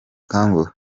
akanguhe